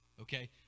Okay